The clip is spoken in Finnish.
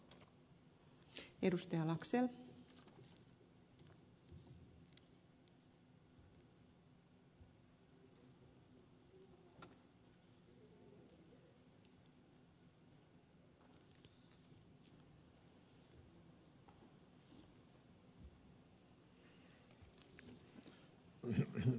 arvoisa rouva puhemies